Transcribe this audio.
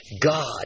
God